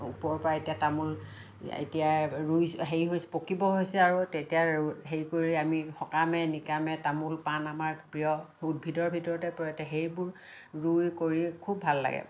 ওপৰৰপৰা এতিয়া তামোল এতিয়া ৰুই হেৰি হৈছে পকিব হৈছে আৰু তেতিয়া হেৰি কৰি আমি সকামে নিকামে তামোল পান আমাৰ প্ৰিয় উদ্ভিদৰ ভিতৰতে পৰে তে সেইবোৰ ৰুই কৰি খুব ভাল লাগে